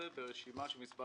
ברשימה מספר